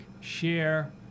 share